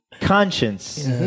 conscience